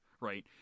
Right